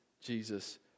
Jesus